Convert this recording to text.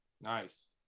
Nice